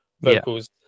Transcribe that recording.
vocals